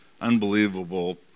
unbelievable